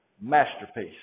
Masterpiece